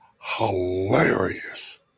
hilarious